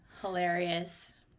Hilarious